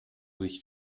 sich